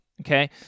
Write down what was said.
okay